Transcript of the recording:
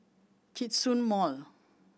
Djitsun Mall